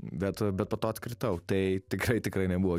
bet bet po to atkritau tai tikrai tikrai nebuvo